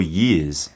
years